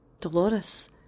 Dolores